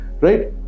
Right